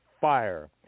fire